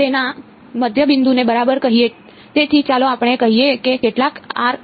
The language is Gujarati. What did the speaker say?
તેથી ચાલો આપણે કહીએ કે કેટલાક આર એમ